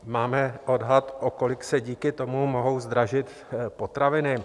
Máme odhad, o kolik se díky tomu mohou zdražit potraviny?